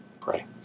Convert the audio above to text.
pray